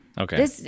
Okay